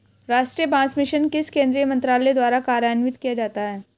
राष्ट्रीय बांस मिशन किस केंद्रीय मंत्रालय द्वारा कार्यान्वित किया जाता है?